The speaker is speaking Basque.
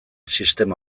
sistema